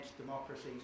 democracies